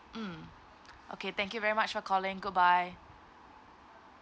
mm okay thank you very much for calling goodbye